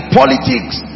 politics